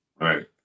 right